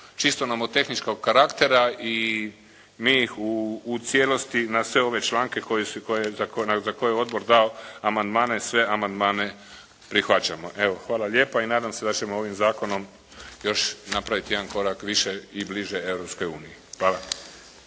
čisto nomotehničkog karaktera i mi ih u cijelosti na sve ove članke za koje je odbor dao amandmane, sve amandmane prihvaćamo. Evo, hvala lijepa i nadam se da ćemo ovim zakonom napraviti još jedan korak više i bliže Europskoj